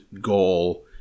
goal